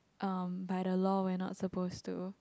um by the law we're not supposed to